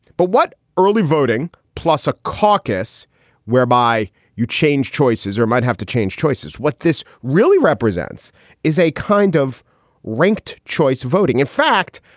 but what? early voting? plus a caucus whereby you change choices or might have to change choices. what this really represents is a kind of ranked choice voting. in fact,